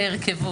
שמותיו והרכבו.